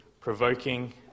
provoking